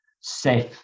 safe